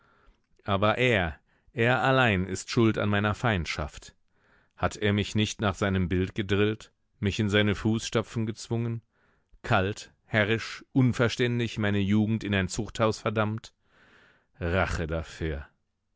aber er er allein ist schuld an meiner feindschaft hat er mich nicht nach seinem bild gedrillt mich in seine fußstapfen gezwungen kalt herrisch unverständig meine jugend in ein zuchthaus verdammt rache dafür